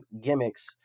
gimmicks